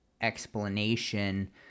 explanation